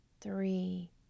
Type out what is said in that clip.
three